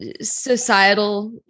societal